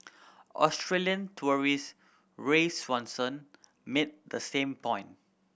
Australian tourist Ray Swanson made the same point